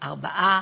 ארבעה?